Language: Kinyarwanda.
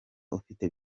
ufite